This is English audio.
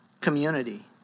community